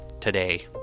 today